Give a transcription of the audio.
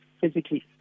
physically